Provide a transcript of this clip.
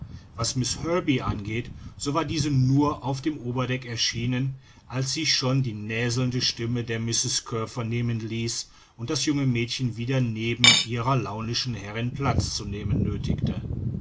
was miß herbey angeht so war diese nur auf dem oberdeck erschienen als sich schon die näselnde stimme der mrs kear vernehmen ließ und das junge mädchen wieder neben ihrer launischen herrin platz zu nehmen nöthigte